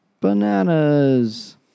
bananas